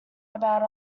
about